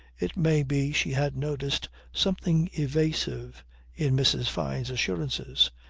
it may be she had noticed something evasive in mrs. fyne's assurances.